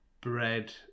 bread